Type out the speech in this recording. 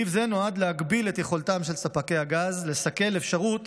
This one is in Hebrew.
סעיף זה נועד להגביל את יכולתם של ספקי הגז לסכל אפשרות